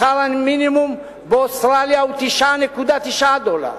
שכר המינימום באוסטרליה הוא 9.9 דולרים.